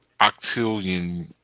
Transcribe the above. octillion